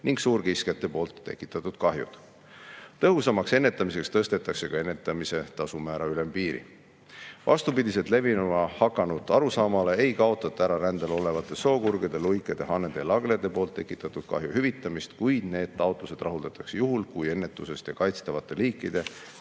ning suurkiskjate tekitatud kahjud. Tõhusamaks ennetamiseks tõstetakse ka ennetamise tasumäära ülempiiri. Vastupidi levima hakanud arusaamale ei kaotata ära rändel olevate sookurgede, luikede, hanede ja laglede tekitatud kahju hüvitamist, kuid need taotlused rahuldatakse juhul, kui ennetusest ja kaitstavate liikide